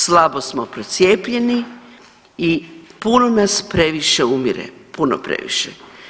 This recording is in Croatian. Slabo smo procijepljeni i puno nas previše umire, puno previše.